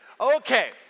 Okay